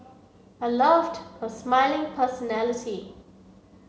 I loved her smiling personality